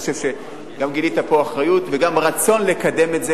אני חושב שגם גילית פה אחריות וגם רצון לקדם את זה,